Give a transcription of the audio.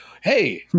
Hey